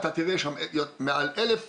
אתה תראה שם מעל 1,000